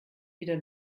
wieder